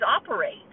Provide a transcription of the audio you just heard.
operate